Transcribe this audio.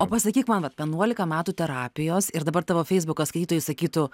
o pasakyk man vat vienuolika metų terapijos ir dabar tavo feisbuko skaitytojai sakytų